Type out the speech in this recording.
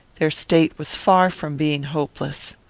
their state was far from being hopeless.